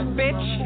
bitch